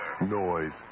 Noise